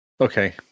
Okay